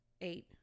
Eight